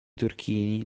turchini